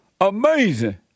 amazing